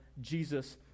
Jesus